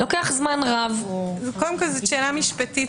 זו שאלה משפטית,